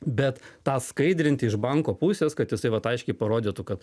bet tą skaidrinti iš banko pusės kad jisai vat aiškiai parodytų kad